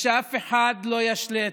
שאף אחד לא ישלה אתכם,